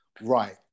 right